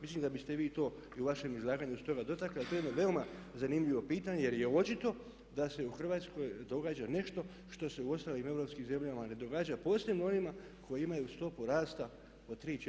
Mislim da biste vi to i u vašem izlaganju se toga dotakli ali to je jedno veoma zanimljivo pitanje jer je očito da se u Hrvatskoj događa nešto što se u ostalim europskim zemljama ne događa, posebno u onima koje imaju stopu rasta od 3, 4, 5 ili 6%